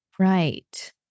Right